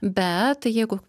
bet jeigu